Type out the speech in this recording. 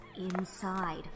inside